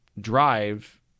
drive